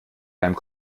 deinem